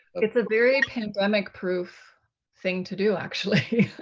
but its a very pandemic proof thing to do, actually.